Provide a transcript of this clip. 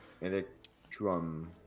Electron